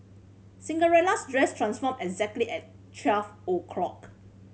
Cinderella's dress transformed exactly at twelve o'clock